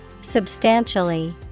substantially